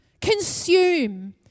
Consume